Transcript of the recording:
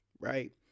right